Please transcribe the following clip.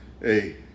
Hey